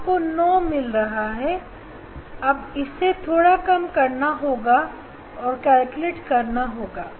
आपको 9 मिल रहा है अब इसे थोड़ा कम करना होगा और कैलकुलेट करना होगा